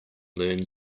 learn